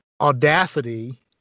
audacity